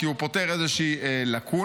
כי הוא פותר איזושהי לקונה.